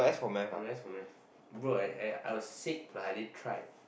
unless for Math bro I I was sick plus I didn't try